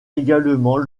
également